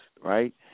right